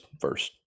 first